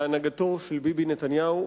בהנהגתו של ביבי נתניהו,